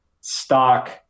stock